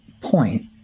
Point